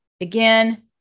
again